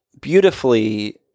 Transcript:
beautifully